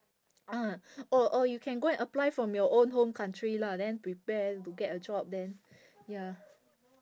ah or or you can go and apply from your own home country lah then prepare to get a job then ya